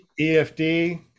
EFD